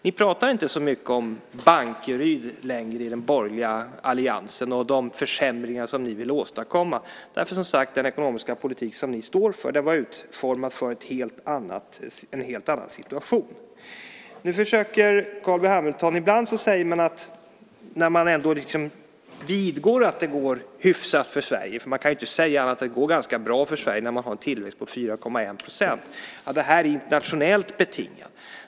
Ni pratar inte längre så mycket om Bankeryd i den borgerliga alliansen och de försämringar som ni vill åstadkomma, för som sagt, den ekonomiska politik som ni står för var utformad för en helt annan situation. Ibland säger man när man ändå vidgår att det går hyfsat för Sverige, för man kan ju inte säga annat än att det går ganska bra för Sverige när vi har en tillväxt på 4,1 %, att det är internationellt betingat.